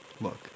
look